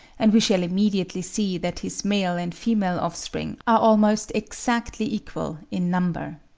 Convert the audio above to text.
and we shall immediately see that his male and female offspring are almost exactly equal in number.